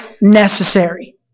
necessary